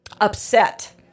upset